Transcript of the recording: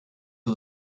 you